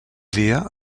dia